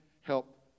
help